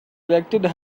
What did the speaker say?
elected